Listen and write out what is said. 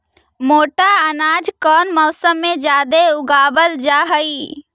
मोटा अनाज कौन मौसम में जादे उगावल जा हई?